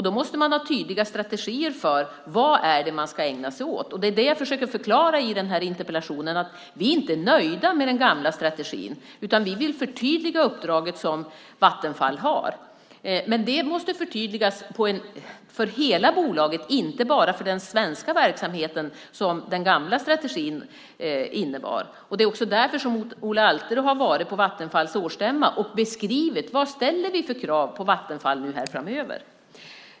Då måste man ha tydliga strategier för vad det är man ska ägna sig åt. Jag försöker förklara i det här interpellationssvaret att vi inte är nöjda med den gamla strategin. Vi vill förtydliga uppdraget som Vattenfall har. Men det måste förtydligas för hela bolaget, inte bara för den svenska verksamheten som den gamla strategin innebar. Det är också därför som Ola Alterå har varit på Vattenfalls årsstämma och beskrivit vad vi ställer för krav på Vattenfall nu framöver.